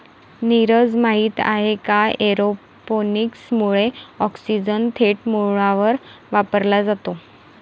नीरज, माहित आहे का एरोपोनिक्स मुळे ऑक्सिजन थेट मुळांवर वापरला जातो